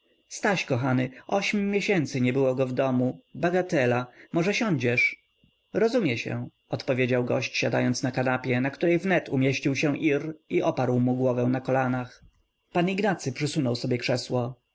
staś kochany ośm miesięcy nie było go w domu bagatela może siądziesz rozumie się odpowiedział gość siadając na kanapie na której wnet umieścił się ir i oparł mu głowę na kolanach pan ignacy przysunął sobie krzesło